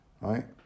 Right